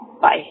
Bye